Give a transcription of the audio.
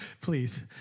please